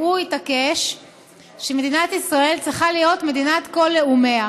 והוא התעקש שמדינת ישראל צריכה להיות מדינת כל לאומיה.